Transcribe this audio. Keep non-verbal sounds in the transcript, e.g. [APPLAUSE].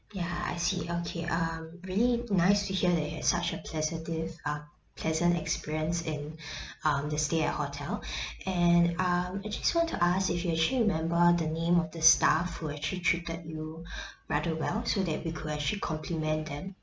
ya I see okay um really nice to hear that you had such a positive uh pleasant experience in [BREATH] um the stay at hotel [BREATH] and um I just want to ask if you actually remember the name of the staff who actually treated you [BREATH] rather well so that we could actually compliment them